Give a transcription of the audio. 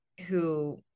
who-